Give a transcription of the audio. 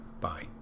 Bye